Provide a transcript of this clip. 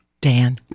Dan